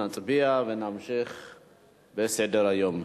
נצביע ונמשיך בסדר-היום.